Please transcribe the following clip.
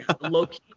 low-key